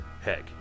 heck